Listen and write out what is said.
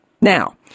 Now